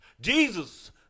Jesus